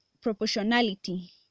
proportionality